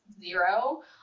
zero